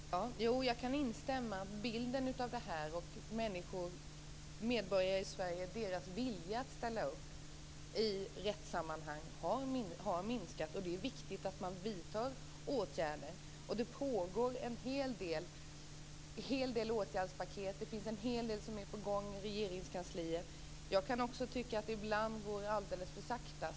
Fru talman! Jag kan instämma i beskrivningen av medborgarna i Sverige. Deras vilja att ställa upp i rättssammanhang har minskat, och det är viktigt att man vidtar åtgärder. Det pågår en hel del arbete. Det finns olika åtgärdspaket. Det finns en hel del som är på gång i Regeringskansliet. Jag kan också tycka att det ibland går alldeles för sakta.